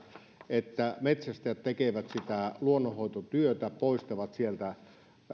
että metsästäjät tekevät sitä luonnonhoitotyötä poistavat sinne